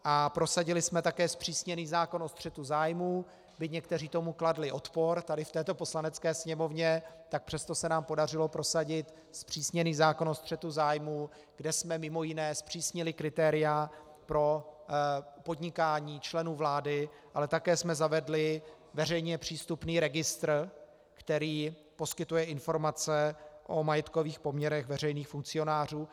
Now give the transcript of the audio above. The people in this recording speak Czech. A prosadili jsme také zpřísněný zákon o střetu zájmů, byť někteří tomu kladli odpor tady v této Poslanecké sněmovně, tak přesto se nám podařilo prosadit zpřísněný zákon o střetu zájmů, kde jsme mj. zpřísnili kritéria pro podnikání členů vlády, ale také jsme zavedli veřejně přístupný registr, který poskytuje informace o majetkových poměrech veřejných funkcionářů.